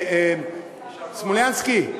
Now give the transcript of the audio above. סלומינסקי,